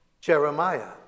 Jeremiah